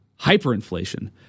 hyperinflation